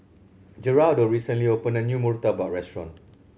Gerardo recently opened a new murtabak restaurant